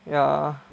ya